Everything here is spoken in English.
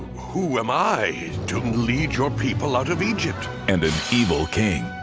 who am i to lead your people out of egypt. and an evil king.